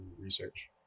research